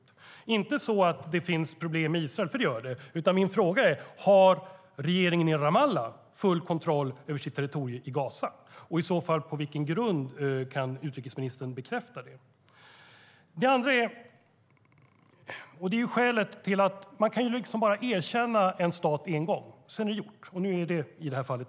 Det är inte så att det inte finns problem i Israel, för det gör det. Min fråga gäller om regeringen i Ramallah har full kontroll över sitt territorium i Gaza. På vilken grund kan i så fall utrikesministern bekräfta det? Man kan erkänna en stat bara en gång. Sedan är det gjort. Och nu är det gjort i detta fall.